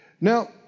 Now